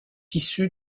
issus